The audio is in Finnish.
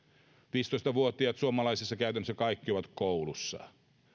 viisitoista vuotiaista suomalaisista käytännössä kaikki ovat koulussa he